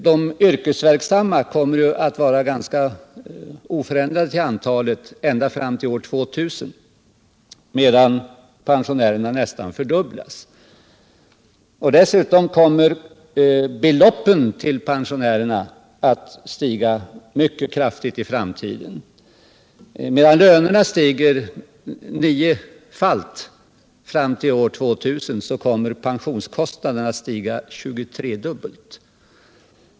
De yrkesverksamma människorna kommer att vara ganska oförändrade till antalet ända fram till år 2000, medan antalet pensionärer nästan fördubblas. Dessutom kommer pensionsbeloppen att stiga mycket kraftigt i framtiden. Medan lönerna stiger niofalt fram till år 2000 kommer pensionskostnaderna att stiga tjugotredubbelt.